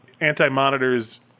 anti-monitors